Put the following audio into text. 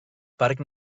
parc